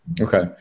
Okay